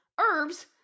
herbs